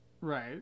Right